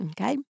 Okay